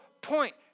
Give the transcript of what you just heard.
point